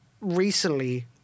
recently